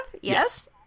Yes